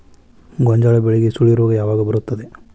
ಗೋಂಜಾಳ ಬೆಳೆಗೆ ಸುಳಿ ರೋಗ ಯಾವಾಗ ಬರುತ್ತದೆ?